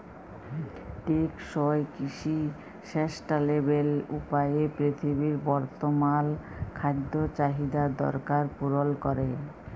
টেকসই কিসি সাসট্যালেবেল উপায়ে পিরথিবীর বর্তমাল খাদ্য চাহিদার দরকার পুরল ক্যরে